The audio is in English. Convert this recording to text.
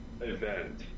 event